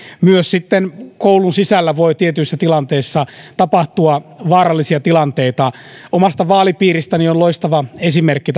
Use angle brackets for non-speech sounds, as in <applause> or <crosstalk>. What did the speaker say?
myös koulun sisällä voi tietyissä tilanteissa tapahtua vaarallisia tilanteita omasta vaalipiiristäni on loistava esimerkki <unintelligible>